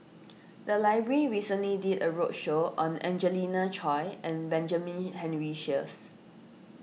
the library recently did a roadshow on Angelina Choy and Benjamin Henry Sheares